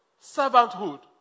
servanthood